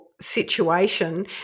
situation